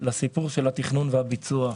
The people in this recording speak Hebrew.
לסיפור של התכנון והביצוע,